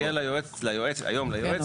כשזה מגיע ליועץ או ליועצת,